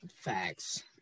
Facts